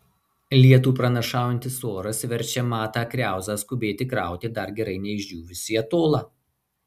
lietų pranašaujantis oras verčia matą kriauzą skubėti krauti dar gerai neišdžiūvusį atolą